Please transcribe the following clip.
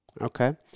Okay